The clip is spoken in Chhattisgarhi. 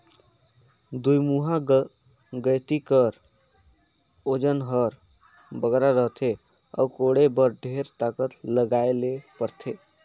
दुईमुहा गइती कर ओजन हर बगरा रहथे अउ कोड़े बर ढेर ताकत लगाए ले परथे